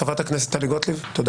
חברת הכנסת טלי גוטליב, תודה.